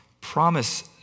promise